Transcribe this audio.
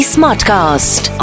Smartcast